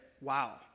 wow